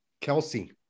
Kelsey